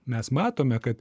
mes matome kad